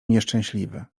nieszczęśliwy